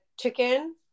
chicken